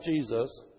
Jesus